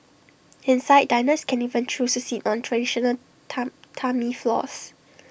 inside diners can even choose to sit on traditional Tatami floors